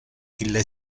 ille